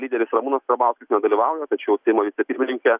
lyderis ramūnas karbauskis nedalyvauja tačiau seimo vicepirmininkė